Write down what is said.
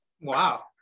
wow